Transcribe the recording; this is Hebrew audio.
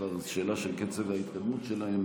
זו כבר שאלה של קצב ההתקדמות שלהן,